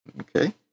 Okay